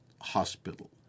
hospital